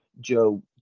Joe